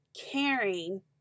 caring